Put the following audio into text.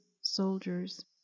soldiers